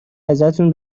ازتون